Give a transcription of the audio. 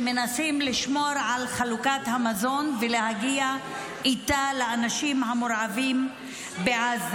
שמנסים לשמור על חלוקת המזון ולהגיע איתו לאנשים המורעבים בעזה.